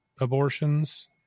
abortions